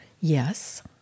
Yes